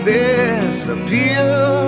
disappear